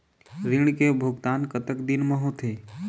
ऋण के भुगतान कतक दिन म होथे?